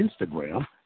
Instagram